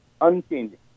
unchanging